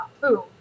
food